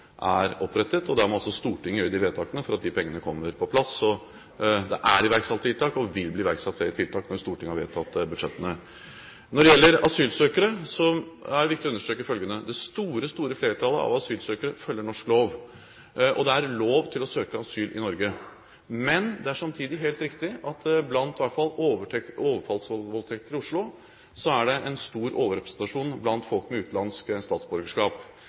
er opprettet. Da må Stortinget gjøre de vedtakene for at de pengene kommer på plass. Det er iverksatt tiltak, og det vil bli iverksatt flere tiltak når Stortinget har vedtatt budsjettene. Når det gjelder asylsøkere, er det viktig å understreke følgende: Det store flertallet av asylsøkere følger norsk lov, og det er lov til å søke asyl i Norge. Men det er samtidig helt riktig at i hvert fall når det gjelder overfallsvoldtekter i Oslo, er det en stor overrepresentasjon av folk med utenlandsk statsborgerskap.